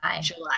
July